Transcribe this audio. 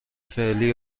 فعلی